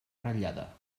ratllada